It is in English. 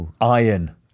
Iron